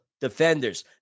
Defenders